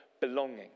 belonging